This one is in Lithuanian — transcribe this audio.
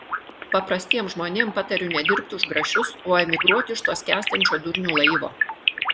paprastiem žmonėm patariu nedirbt už grašius o emigruot iš to skęstančio durnių laivo